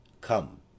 Come